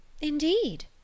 Indeed